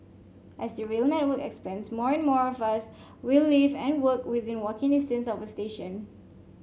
as the rail network expands more and more of us will live and work within walking distance of a station